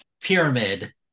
pyramid